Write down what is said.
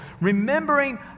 Remembering